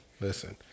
Listen